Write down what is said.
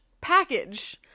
Package